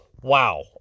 wow